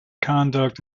conduct